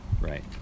right